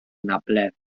anabledd